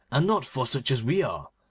and not for such as we are?